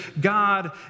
God